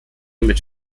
mit